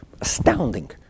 astounding